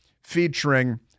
featuring